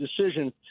decision